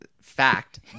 Fact